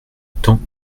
temps